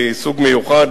מסוג מיוחד,